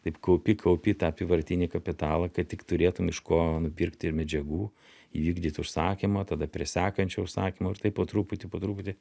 taip kaupi kaupi tą apyvartinį kapitalą kad tik turėtum iš ko nupirkti ir medžiagų įvykdyt užsakymą tada prie sekančio užsakymo ir taip po truputį po truputį